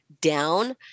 down